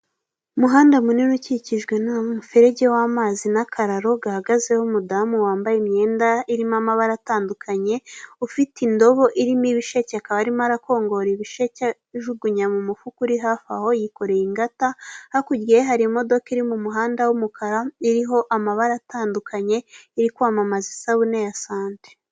Umuhanda munini ukikijwe n'umuferege w'amazi n'akararo gahagazeho umudamu wambaye imyenda irimo amabara atandukanye, ufite indobo irimo ibisheke akaba arimo arakongora ibisheke ajugunya mu mufuka uri hafi aho yikoreye ingata, hakurya ye hari imodoka iri mu muhanda w'umukara iriho amabara atandukanye, iri kwamamaza isabune ya sante.